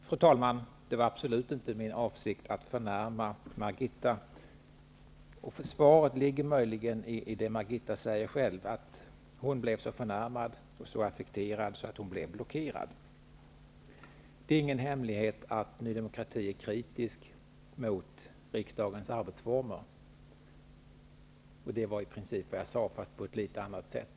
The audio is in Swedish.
Fru talman! Det var absolut inte min avsikt att förnärma Margitta Edgren. Svaret ligger möjligen i det Margitta Edgren själv säger, nämligen att hon blev så förnärmad och affekterad att hon blev blockerad. Det är ingen hemlighet att vi i Ny demokrati är kritiska till riksdagens arbetsformer. Det var i princip vad jag sade, fastän på ett något annat sätt.